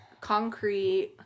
concrete